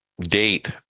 date